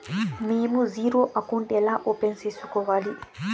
మేము zero account ఎలా open సేసుకోవాలి